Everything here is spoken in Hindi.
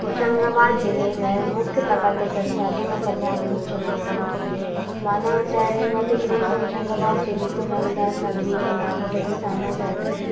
होशंगाबाद ज़िले में मुख्य प्राकृतिक संसाधन परियावरणीय चुनौतियाँ माना जाए मध्य प्रदेश को होशंगाबाद ज़िले को वृंदावन नगरी के नाम से भी जाना जाता है